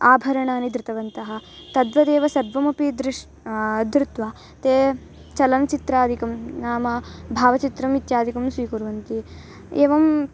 आभरणानि धृतवन्तः तद्वदेव सर्वमपि दृश्यं धृत्वा ते चलनचित्रादिकं नाम भावचित्रम् इत्यादिकं स्वीकुर्वन्ति एवं